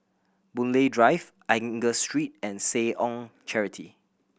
Boon Lay Drive Angus Street and Seh Ong Charity